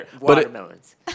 watermelons